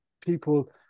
people